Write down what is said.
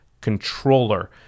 controller